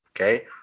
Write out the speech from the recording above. Okay